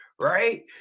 Right